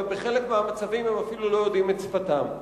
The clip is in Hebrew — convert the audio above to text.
ובחלק מהמצבים הם אפילו לא יודעים את שפתן.